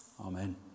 Amen